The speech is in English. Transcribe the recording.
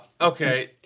okay